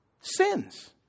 Sins